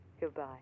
Goodbye